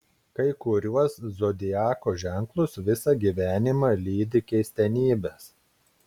kai kuriuos zodiako ženklus visą gyvenimą lydi keistenybės